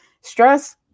stress